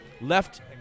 left